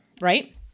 right